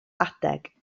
adeg